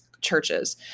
churches